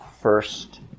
first